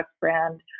brand